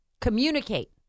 communicate